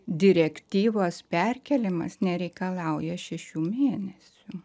direktyvos perkėlimas nereikalauja šešių mėnesių